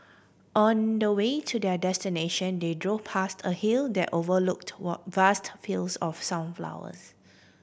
on the way to their destination they drove past a hill that overlooked vast fields of sunflowers